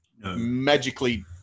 magically